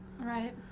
Right